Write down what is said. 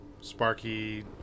Sparky